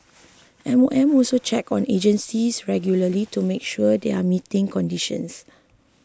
M O M also checks on agencies regularly to make sure they are meeting conditions